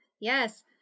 Yes